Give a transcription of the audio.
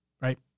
right